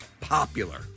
popular